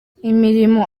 imirimo